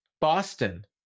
Boston